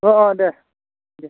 अ अ दे